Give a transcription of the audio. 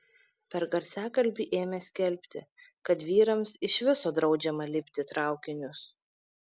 per garsiakalbį ėmė skelbti kad vyrams iš viso draudžiama lipti į traukinius